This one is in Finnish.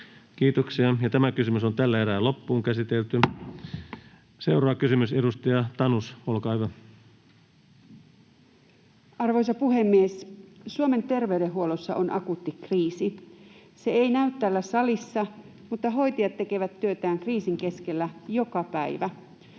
ihmisiä myöskin koko ajan tulee. Seuraava kysymys, edustaja Tanus, olkaa hyvä. Arvoisa puhemies! Suomen terveydenhuollossa on akuutti kriisi. Se ei näy täällä salissa, mutta hoitajat tekevät työtään kriisin keskellä joka päivä.